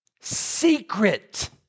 secret